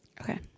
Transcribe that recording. okay